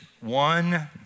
one